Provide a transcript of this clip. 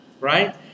Right